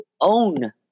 own